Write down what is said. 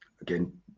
again